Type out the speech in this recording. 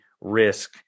risk